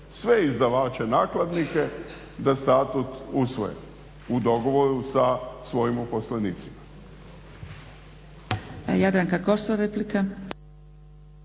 sve izdavače nakladnike da statut usvoje u dogovoru sa svojim uposlenicima.